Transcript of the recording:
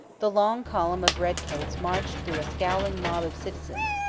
the long column of redcoats marched through a scowling mob of citizens,